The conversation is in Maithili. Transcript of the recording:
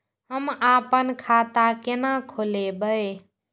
हम आपन खाता केना खोलेबे?